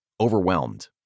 Overwhelmed